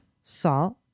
salt